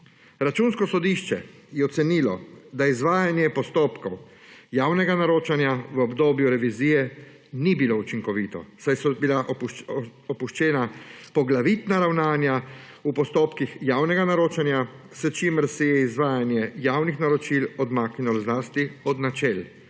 Računsko sodišče je ocenilo, da izvajanje postopkov javnega naročanja v obdobju revizije ni bilo učinkovito, saj so bila opuščena poglavitna ravnanja v postopkih javnega naročanja, s čimer se je izvajanje javnih naročil odmaknilo zlasti od načel